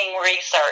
research